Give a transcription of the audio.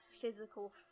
physical